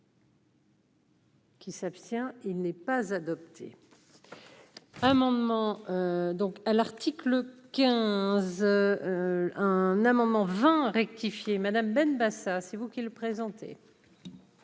Qui s'abstient, il n'est pas adopté. Un moment donc à l'article 15 un amendement 20 rectifié Madame Benbassa c'est vous qui le présenter.